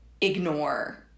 ignore